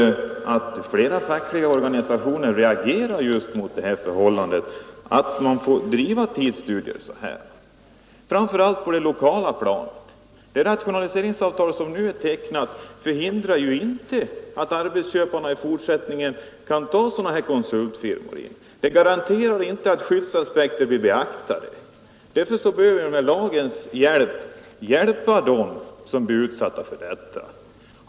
Herr talman! Flera fackliga organisationer, framför allt på det lokala planet, reagerar just mot det förhållandet att man får bedriva tidsstudier på det här sättet. Det rationaliseringsavtal som nu har tecknats förhindrar inte arbetsköparna att i fortsättningen använda sig av konsultfirmor, och det garanterar inte att skyddsaspekterna blir beaktade. Därför bör vi med lagliga medel hjälpa dem som blir utsatta för detta.